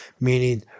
meaning